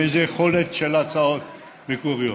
עם איזו יכולת של הצעות מקוריות,